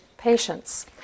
patients